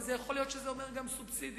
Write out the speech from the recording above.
ויכול להיות שזה אומר גם סובסידיה,